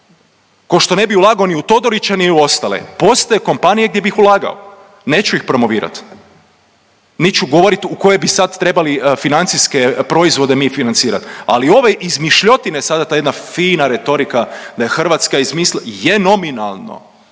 kao što ne bih ulagao ni u Todorića, ni u ostale. Postoje kompanije gdje bih ulagao, neću ih promovirati niti ću govoriti u koje bi sad trebali financijske proizvode mi financirati. Ali ove izmišljotine sada ta jedna fina retorika da je Hrvatska izmislila, je nominalno,